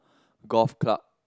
golf club